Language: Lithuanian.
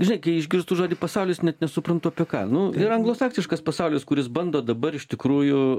žinai kai išgirstu žodį pasaulis net nesuprantu apie ką nu anglosaksiškas pasaulis kuris bando dabar iš tikrųjų